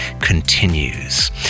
continues